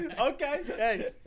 Okay